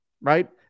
right